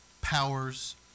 powers